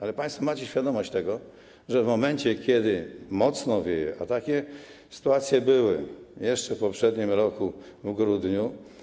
Ale państwo macie świadomość tego, że w momencie, kiedy mocno wieje, a takie sytuacje były jeszcze w poprzednim roku, w grudniu.